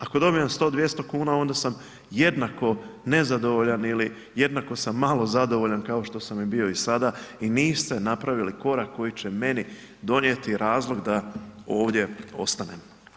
Ako dobijem 100, 200 kuna onda sam jednako nezadovoljan ili jednako sam malo zadovoljan kao što sam i bio i sada i niste napravili korak koji će meni donijeti razlog da ovdje ostanem.